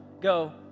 go